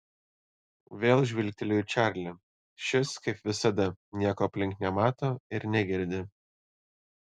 vėl žvilgteliu į čarlį šis kaip visada nieko aplink nemato ir negirdi